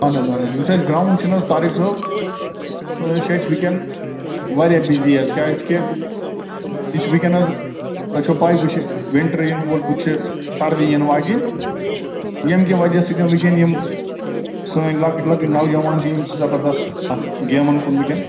اہن حظ اہن حظ یُس اَسہِ گرٛاوُنٛڈ چھُنہٕ حظ طاریق صٲب سُہ حظ چھِ اَسہِ ؤنکٮ۪ن واریاہ بِزی حظ کیٛاز کہِ یہِ چھُ وٕنکٮ۪ن حظ تۄہہِ چھو پَے وٕچھِ وِنٹَر یِن وول بُتھِ چھِ سردی یِن واجن ییٚمہِ کہِ وجہ سۭتۍ وٕنکٮ۪ن یِم سٲنۍ لَکٕٹۍ لَکٕٹۍ نوجوان چھِ یِم چھِ زبردَس اَتھ گیمَن کُن وٕنکٮ۪ن